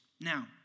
Now